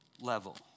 level